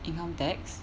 income tax